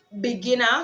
beginner